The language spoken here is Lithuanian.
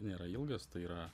nėra ilgas tai yra